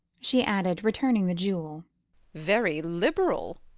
she added, returning the jewel very liberal.